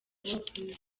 brig